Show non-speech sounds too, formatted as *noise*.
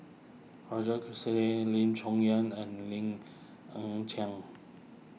Roger *unintelligible* Lim Chong Yah and Lim Ng Chiang